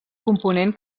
component